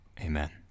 Amen